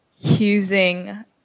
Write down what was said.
using